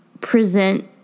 present